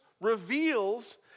reveals